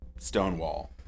Stonewall